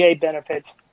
benefits